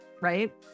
right